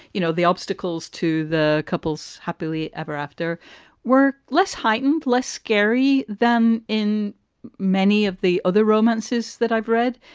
you know, the obstacles to the couples happily ever after were less heightened, less scary than in many of the other romances that i've read.